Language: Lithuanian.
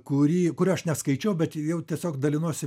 kurį kurio aš neskaičiau bet jau tiesiog dalinuosi